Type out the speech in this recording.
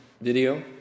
video